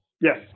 Yes